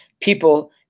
people